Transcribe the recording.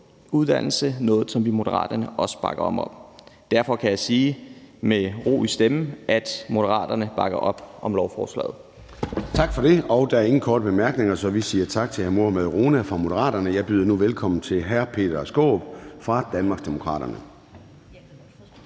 Det er noget, som vi i Moderaterne også bakker op om. Derfor kan jeg med ro i stemmen sige, at Moderaterne bakker op om lovforslaget. Kl. 10:28 Formanden (Søren Gade): Tak for det. Der er ingen korte bemærkninger, så vi siger tak til hr. Mohammad Rona fra Moderaterne. Jeg byder nu velkommen til hr. Peter Skaarup fra Danmarksdemokraterne.